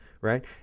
right